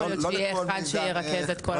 יכול להיות שיהיה אחד שירכז את כל התחום.